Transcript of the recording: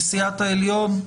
נשיאת העליון?